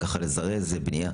בנייה, ככה לזרז בנייה,